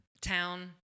town